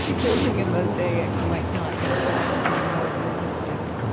building a mosaic might not in fact be a more realistic